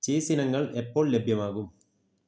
cheese ഇനങ്ങൾ എപ്പോൾ ലഭ്യമാകും